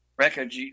record